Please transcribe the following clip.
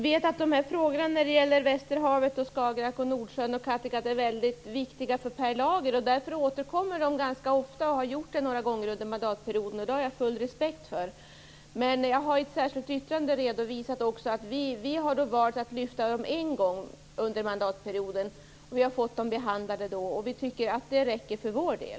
Herr talman! Nej, jag vet att frågorna om västerhavet, Skagerrak, Nordsjön och Kattegatt är väldigt viktiga för Per Lager. Därför återkommer de ganska ofta och har gjort det några gånger under mandatperioden. Det har jag full respekt för. Men i ett särskilt yttrande har jag redovisat att vi har valt att lyfta fram frågorna en gång under mandatperioden, och vi har fått våra yrkanden behandlade då. Vi tycker att det räcker för vår del.